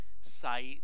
site